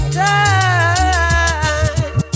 time